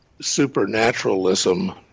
supernaturalism